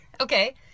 Okay